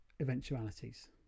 eventualities